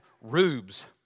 rubes